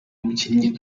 umukinyi